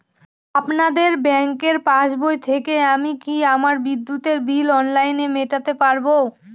আপনাদের ব্যঙ্কের পাসবই থেকে আমি কি আমার বিদ্যুতের বিল অনলাইনে মেটাতে পারবো?